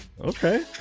Okay